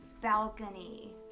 balcony